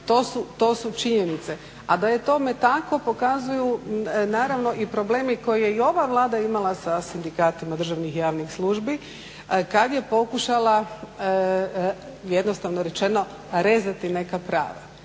To su činjenice. A da je tome tako pokazuju naravno i probleme koje je i ova Vlada imala sa sindikatima državnih i javnih službi kad je pokušala jednostavno rečeno rezati neka prava.